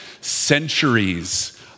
centuries